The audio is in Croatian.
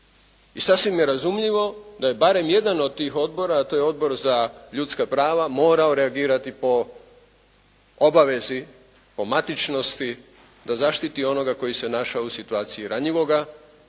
I sasvim nerazumljivo da je barem jedan od tih odbora, a to je Odbor za ljudska prava morao reagirati po obavezi, po matičnosti da zaštiti onoga koji se našao u situaciji ranjivoga